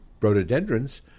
rhododendrons